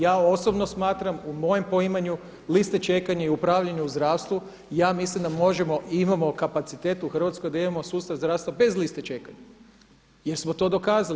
Ja osobno smatram u mojem poimanju liste čekanja i upravljanja u zdravstvu ja mislim da možemo i imamo kapacitet u Hrvatskoj da imamo sustav zdravstva bez liste čekanja jel smo to dokazali.